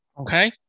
Okay